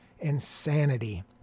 Insanity